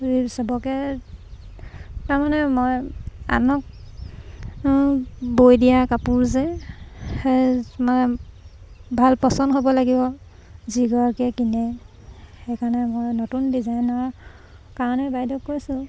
চবকে তাৰমানে মই আনক বৈ দিয়া কাপোৰ যে সেই মানে ভাল পচন্দ হ'ব লাগিব যিগৰাকীয়ে কিনে সেইকাৰণে মই নতুন ডিজাইনৰ কাৰণে বাইদেউক কৈছোঁ